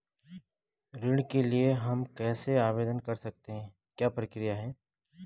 ऋण के लिए हम कैसे आवेदन कर सकते हैं क्या प्रक्रिया है?